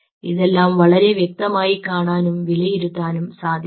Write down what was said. ഇതെല്ലാം വളരെ വ്യക്തമായി കാണാനും വിലയിരുത്താനും സാധിക്കും